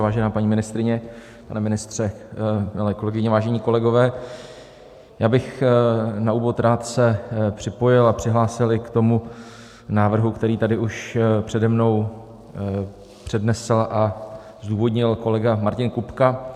Vážená paní ministryně, pane ministře, milé kolegyně, vážení kolegové, já bych se na úvod rád připojil a přihlásil i k tomu návrhu, který tady už přede mnou přednesl a zdůvodnil kolega Martin Kupka.